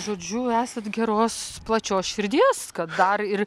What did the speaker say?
žodžiu esat geros plačios širdies kad dar ir